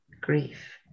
grief